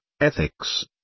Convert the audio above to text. ethics